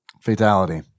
Fatality